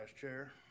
chair